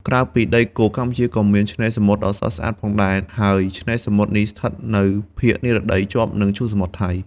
ក្រៅពីដីគោក កម្ពុជាក៏មានឆ្នេរសមុទ្រដ៏ស្រស់ស្អាតផងដែរ ហើយឆ្នេរសមុទ្រនេះស្ថិតនៅភាគនិរតីជាប់នឹង ឈូងសមុទ្រថៃ។